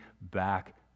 back